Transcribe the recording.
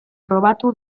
probatu